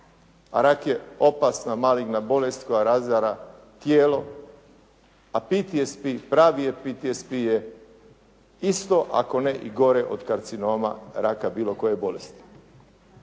A rak je opasna maligna bolest koja razara tijelo, a PTSP, pravi PTSP je isto, ako ne i gore od karcinoma raka bilo koje bolesti.